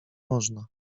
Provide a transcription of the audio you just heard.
można